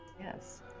Yes